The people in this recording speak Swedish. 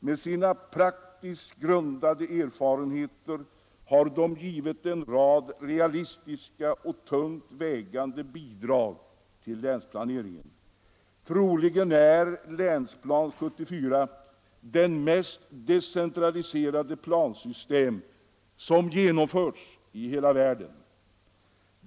Med sina praktiskt grundade erfarenheter har de givit en rad realistiska och tungt vägande bidrag till länsplaneringen. Troligen är Länsplan 74 det mest decentraliserade plansystem som genomförts i hela världen.